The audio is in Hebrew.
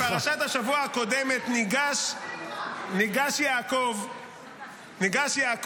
בפרשת השבוע הקודמת ניגש יעקב ואומר: